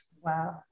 Wow